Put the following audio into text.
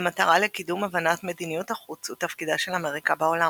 במטרה לקידום הבנת מדיניות החוץ ותפקידה של אמריקה בעולם.